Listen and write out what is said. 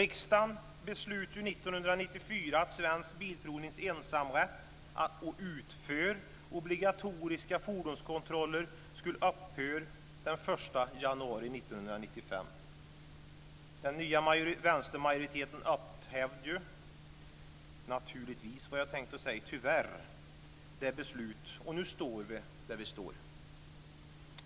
Riksdagen beslöt 1994 att 1995. Den nya vänstermajoriteten upphävde tyvärr det beslutet. Och nu står vi där vi står.